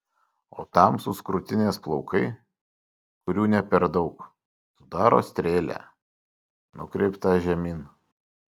o tamsūs krūtinės plaukai kurių ne per daug sudaro strėlę nukreiptą žemyn